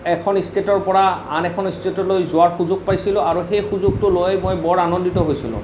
এখন ষ্টেটৰ পৰা আন এখন ষ্টেটলৈ যোৱাৰ সুযোগ পাইছিলোঁ আৰু সেই সুযোগটো লৈ মই বৰ আনন্দিত হৈছিলোঁ